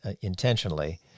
intentionally